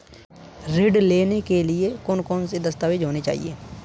ऋण लेने के लिए कौन कौन से दस्तावेज होने चाहिए?